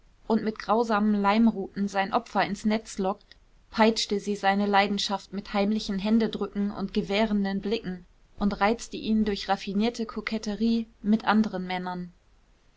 und mit grausamen leimruten seine opfer ins netz lockt peitschte sie seine leidenschaft mit heimlichen händedrücken und gewährenden blicken und reizte ihn durch raffinierte koketterie mit anderen männern